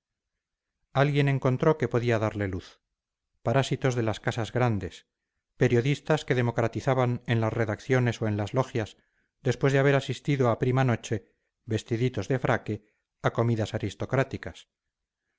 alguien encontró que podía darle luz parásitos de las casas grandes periodistas que democratizaban en las redacciones o en las logias después de haber asistido a prima noche vestiditos de fraque a comidas aristocráticas